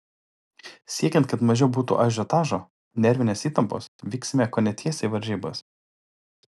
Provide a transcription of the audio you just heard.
siekiant kad mažiau būtų ažiotažo nervinės įtampos vyksime kone tiesiai į varžybas